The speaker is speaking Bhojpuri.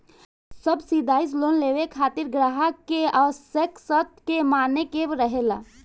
सब्सिडाइज लोन लेबे खातिर ग्राहक के आवश्यक शर्त के माने के रहेला